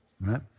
right